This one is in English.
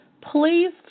please